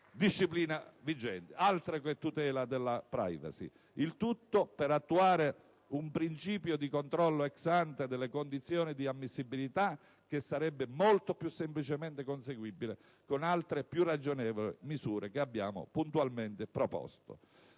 Gruppi PD e IdV).* Altro che tutela della *privacy*! Il tutto per attuare un principio di controllo *ex ante* delle condizioni di ammissibilità che sarebbe molto più semplicemente conseguibile con altre più ragionevoli misure che abbiamo puntualmente proposto.